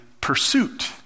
pursuit